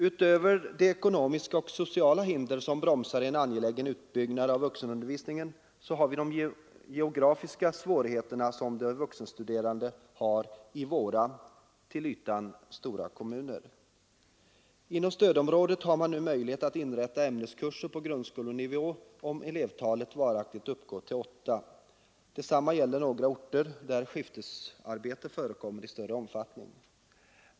Utöver de ekonomiska och sociala hinder som bromsar en angelägen utbyggnad av vuxenundervisningen har vi de geografiska svårigheter som de vuxenstuderande möter i våra — till ytan — stora kommuner. Inom stödområdet har man nu möjlighet att inrätta ämneskurser på grundskolenivå om elevtalet varaktigt uppgår till åtta. Detsamma gäller några orter där skiftarbete förekommer i större omfattning.